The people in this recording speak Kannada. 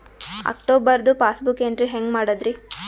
ಅಕ್ಟೋಬರ್ದು ಪಾಸ್ಬುಕ್ ಎಂಟ್ರಿ ಹೆಂಗ್ ಮಾಡದ್ರಿ?